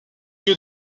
lieu